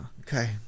Okay